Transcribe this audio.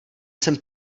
jsem